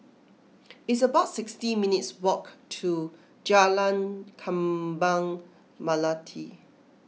it's about sixty minutes' walk to Jalan Kembang Melati